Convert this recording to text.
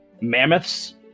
mammoths